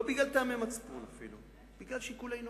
לא בגלל טעמי מצפון אפילו, אלא בגלל שיקולי נוחות.